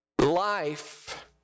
life